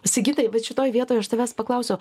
sigitai bet šitoj vietoj aš tavęs paklausiau